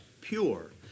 pure